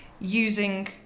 using